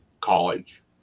college